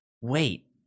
Wait